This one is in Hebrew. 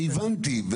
אני הבנתי.